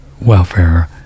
Welfare